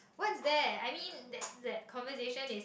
what's that I mean that that conversation is